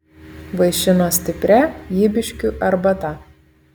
vaišino stipria ybiškių arbata